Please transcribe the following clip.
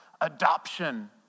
adoption